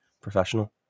Professional